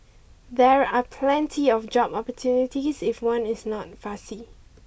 there are plenty of job opportunities if one is not fussy